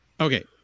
Okay